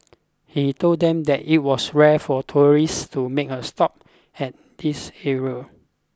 he told them that it was rare for tourists to make a stop at this area